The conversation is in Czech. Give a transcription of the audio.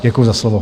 Děkuji za slovo.